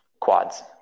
quads